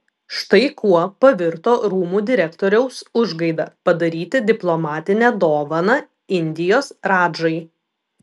štai kuo pavirto rūmų direktoriaus užgaida padaryti diplomatinę dovaną indijos radžai